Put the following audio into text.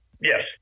Yes